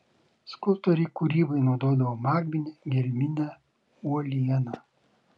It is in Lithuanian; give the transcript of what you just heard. skulptoriai kūrybai naudodavo magminę gelminę uolieną